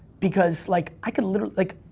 because like i could literally like,